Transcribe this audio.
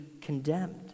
condemned